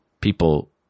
people